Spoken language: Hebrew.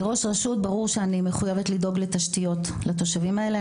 כראש רשות ברור שאני מחויבת לדאוג לתשתיות לתושבים הללו,